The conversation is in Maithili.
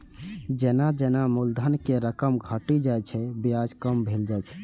जेना जेना मूलधन के रकम घटल जाइ छै, ब्याज कम भेल जाइ छै